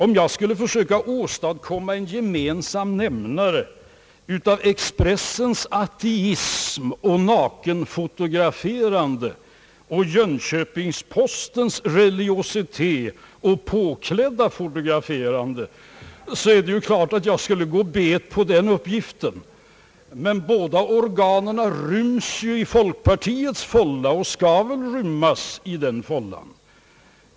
Om jag skulle försöka åstadkomma en gemensam nämnare av Expressens ateism och nakenfotograferande och Jönköpings Postens religiositet och påklädda fotograferande, så är det ju klart att jag skulle gå bet på den uppgiften, men båda organen ryms ju i folkpartiets fålla och skall väl rymmas där.